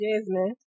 Jasmine